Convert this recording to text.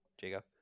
Jacob